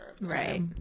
Right